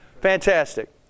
fantastic